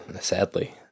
sadly